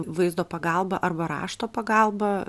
vaizdo pagalba arba rašto pagalba